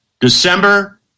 December